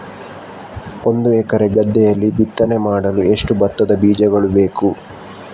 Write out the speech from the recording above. ಒಂದು ಎಕರೆ ಗದ್ದೆಯಲ್ಲಿ ಬಿತ್ತನೆ ಮಾಡಲು ಎಷ್ಟು ಭತ್ತದ ಬೀಜಗಳು ಬೇಕು?